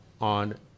on